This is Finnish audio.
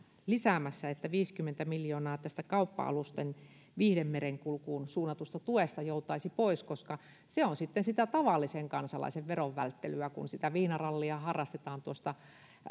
lisäämässä että viisikymmentä miljoonaa tästä kauppa alusten viihdemerenkulkuun suunnatusta tuesta joutaisi pois koska se on sitten sitä tavallisen kansalaisen verovälttelyä kun sitä viinarallia harrastetaan tuosta